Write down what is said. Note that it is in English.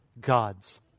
God's